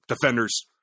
defenders